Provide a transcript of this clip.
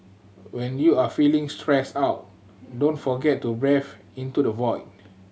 when you are feeling stressed out don't forget to breathe into the void